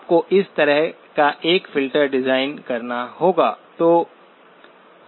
आपको इस तरह का एक फ़िल्टर डिज़ाइन करना होगा